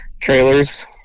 trailers